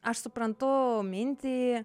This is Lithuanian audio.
aš suprantu mintį